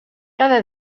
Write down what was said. cada